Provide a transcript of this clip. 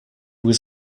was